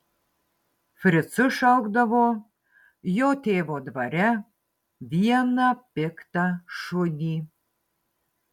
fricu šaukdavo jo tėvo dvare vieną piktą šunį